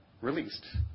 released